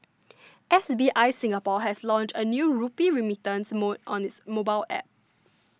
S B I Singapore has launched a new rupee remittance mode on its mobile App